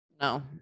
No